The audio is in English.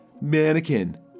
Mannequin